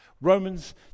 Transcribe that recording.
Romans